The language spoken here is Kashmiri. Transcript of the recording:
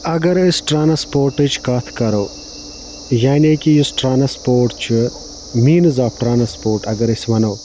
اَگر أسۍ ٹرانسپوٹٕچ کتھ کرو یعنے کہِ یُس ٹرانسپوٹ چھُ میٖنٕز آف ٹرانسپوٹ اگر أسۍ وَنَو